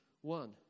one